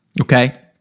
Okay